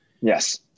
Yes